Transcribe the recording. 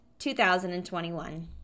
2021